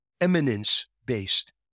eminence-based